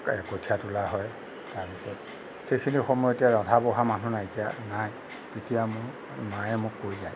প্ৰায় কঠীয়া তোলা হয় তাৰপিছত সেইখিনি সময়তে ৰন্ধা বঢ়া মানুহ নাই তেতিয়া মোক মায়ে মোক কৈ যায়